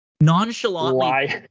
nonchalantly